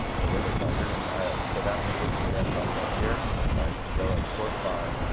the window finder and so that was this command prompt right here if i go and sort by